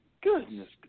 Goodness